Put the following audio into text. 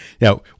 Now